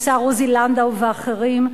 השר עוזי לנדאו ואחרים.